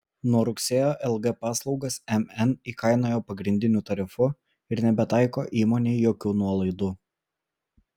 nuo rugsėjo lg paslaugas mn įkainojo pagrindiniu tarifu ir nebetaiko įmonei jokių nuolaidų